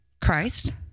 Christ